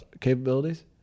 capabilities